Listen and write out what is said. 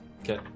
Okay